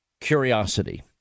curiosity